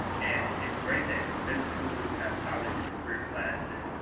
and it's great that middle schools have college and career classes,